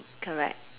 correct